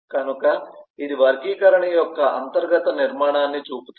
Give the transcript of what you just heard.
కనుక ఇది వర్గీకరణ యొక్క అంతర్గత నిర్మాణాన్ని చూపుతుంది